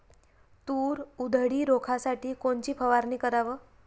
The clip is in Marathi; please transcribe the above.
तूर उधळी रोखासाठी कोनची फवारनी कराव?